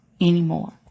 anymore